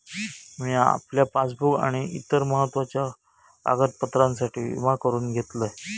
मिया आपल्या पासबुक आणि इतर महत्त्वाच्या कागदपत्रांसाठी विमा करून घेतलंय